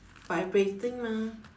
vibrating lah